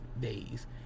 days